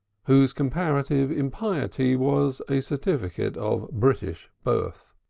whose comparative impiety was a certificate of british birth.